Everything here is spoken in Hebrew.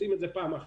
עושים את זה פעם אחת.